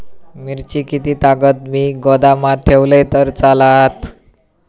मिरची कीततागत मी गोदामात ठेवलंय तर चालात?